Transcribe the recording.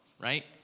Right